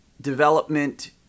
development